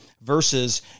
versus